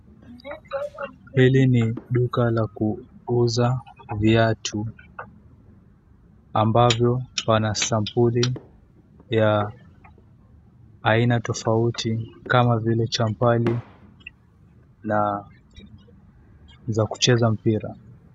Hili ni duka la kuuza viatu ambavyo pana sampuli ya aina tofauti kama vile champali na zakucheza mpira.